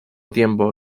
tiempo